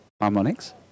harmonics